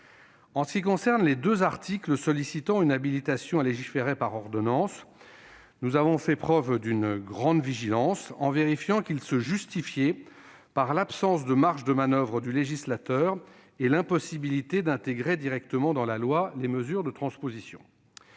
En ce qui concerne les deux articles sollicitant une habilitation à légiférer par ordonnance, nous avons fait preuve d'une grande vigilance, en vérifiant qu'ils se justifiaient par l'absence de marge de manoeuvre du législateur et l'impossibilité d'intégrer directement dans la loi les mesures de transposition.